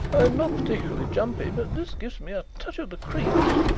i'm not particularly jumpy, but this gives me a touch of the creeps.